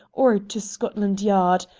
or to scotland yard.